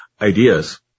ideas